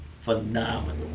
phenomenal